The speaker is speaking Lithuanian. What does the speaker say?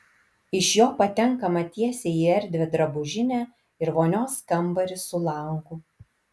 iš jo patenkama tiesiai į erdvią drabužinę ir vonios kambarį su langu